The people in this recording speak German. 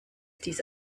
dies